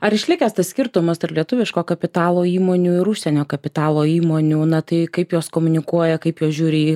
ar išlikęs tas skirtumas tarp lietuviško kapitalo įmonių ir užsienio kapitalo įmonių na tai kaip jos komunikuoja kaip jos žiūri